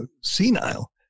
senile